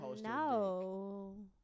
No